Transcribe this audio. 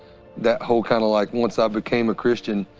that whole kind of, like, once i became a christian,